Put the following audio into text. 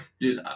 Dude